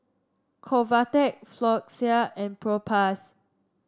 Convatec Floxia and Propass